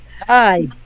Hi